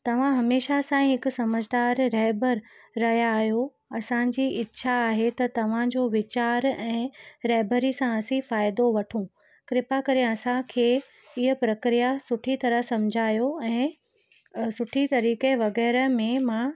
तव्हां हमेशह सां हिकु सम्झदार रहबर रहिया आहियो असांजी इच्छा आहे त तव्हांजो वीचार ऐं रहबरी सां असी फ़ाइदो वठू कृपा करे असांखे इहो प्रक्रिया सुठी तरह सम्झायो ऐं सुठी तरीक़े वगै़रह में मां